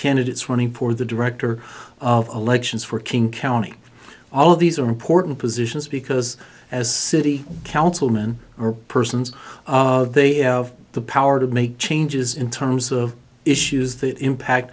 candidates running for the director of elections for king county all of these are important positions because as the councilman are persons they have the power to make changes in terms of issues that impact